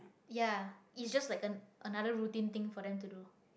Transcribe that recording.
ya it's just like a another routine thing for them to do